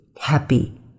happy